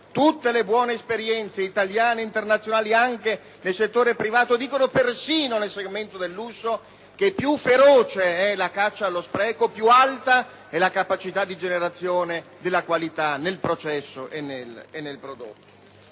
tutte le buone esperienze italiane ed internazionali, anche nel settore privato, persino nel segmento del lusso, dicono che più feroce è la caccia allo spreco, più alta è la capacità di generazione della qualità nel processo e nel prodotto.